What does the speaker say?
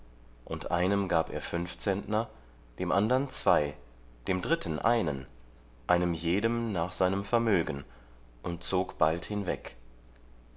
und einem gab er fünf zentner dem andern zwei dem dritten einen einem jedem nach seinem vermögen und zog bald hinweg